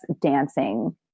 dancing